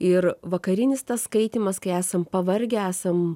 ir vakarinis tas skaitymas kai esam pavargę esam